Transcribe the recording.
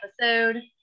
episode